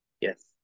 yes